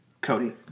Cody